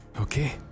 Okay